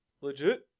Legit